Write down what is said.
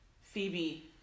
Phoebe